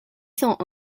cent